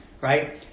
right